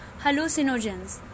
Hallucinogens